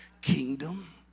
kingdom